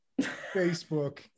Facebook